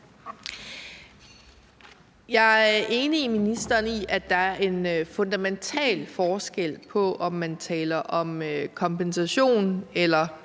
Jeg er enig med ministeren i, at der er en fundamental forskel på, om man taler om kompensation eller